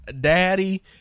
daddy